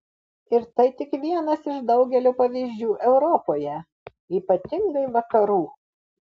ir tai tik vienas iš daugelio pavyzdžių europoje ypatingai vakarų